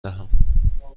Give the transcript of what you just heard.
دهم